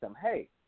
hey